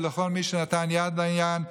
ולכל מי שנתן יד לעניין,